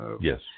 Yes